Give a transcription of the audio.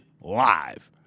live